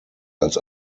als